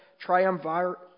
triumvirate